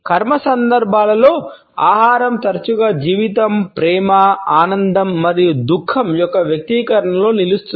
కర్మ సందర్భాలలో ఆహారం తరచుగా జీవితం ప్రేమ ఆనందం మరియు దుఃఖం యొక్క వ్యక్తీకరణలలో నిలుస్తుంది